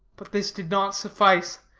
but this did not suffice.